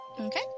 Okay